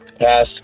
Pass